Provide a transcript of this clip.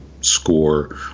score